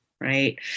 right